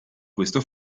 questo